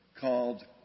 called